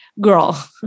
girl